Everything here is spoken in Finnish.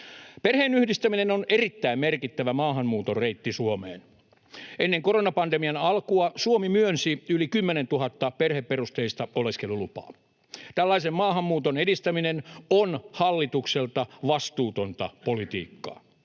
Perheenyhdistäminen on erittäin merkittävä maahanmuuton reitti Suomeen. Ennen koronapandemian alkua Suomi myönsi yli 10 000 perheperusteista oleskelulupaa. Tällaisen maahanmuuton edistäminen on hallitukselta vastuutonta politiikkaa.